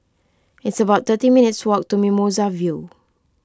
it's about thirty minutes' walk to Mimosa View